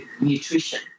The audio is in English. Nutrition